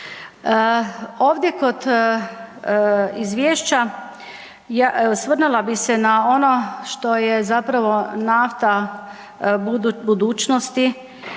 Ovdje kod izvješća osvrnula bi se na ono što je zapravo …/nerazumljivo/… budućnosti,